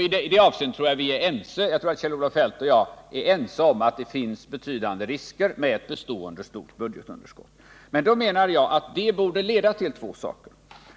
I det avseendet tror jag att Kjell-Olof Feldt och jag är ense om att det finns betydande risker med ett bestående stort budgetunderskott. Då menar jag att det borde leda till två saker.